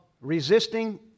Resisting